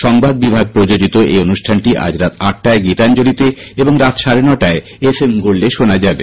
সংবাদ বিভাগ প্রযোজিত এই অনুষ্ঠানটি রাত আটটায় গীতাঞ্জলীতে এবং রাত সাড়ে নটায় এফ এম গোল্ডএ শোনা যাবে